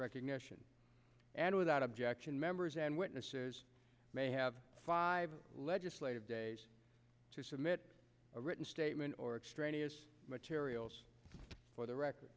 recognition and without objection members and witnesses may have five legislative days to submit a written statement or extraneous materials for the record